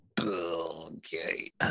Okay